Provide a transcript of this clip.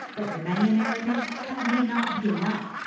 but for many americans, that may not be enough.